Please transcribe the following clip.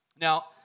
Now